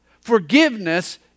Forgiveness